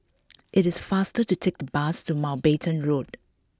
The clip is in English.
it is faster to take the bus to Mountbatten Road